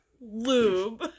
lube